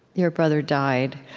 your brother died.